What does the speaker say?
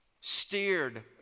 Steered